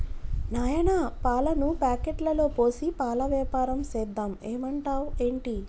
నాయనా పాలను ప్యాకెట్లలో పోసి పాల వ్యాపారం సేద్దాం ఏమంటావ్ ఏంటి